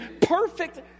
perfect